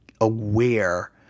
aware